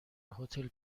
هتل